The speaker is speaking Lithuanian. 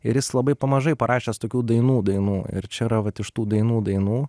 ir jis labai pa mažai parašęs tokių dainų dainų ir čia yra vat iš tų dainų dainų